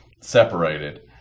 separated